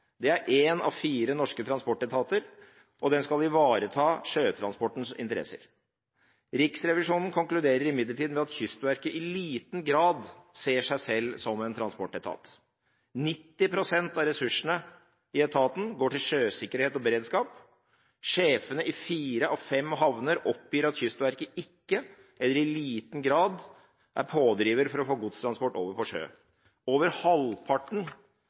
selv som en transportetat. 90 pst. av ressursene i etaten går til sjøsikkerhet og beredskap. Sjefene i fire av fem havner oppgir at Kystverket ikke eller i liten grad er pådriver for å få godstransport over på sjø. Over halvparten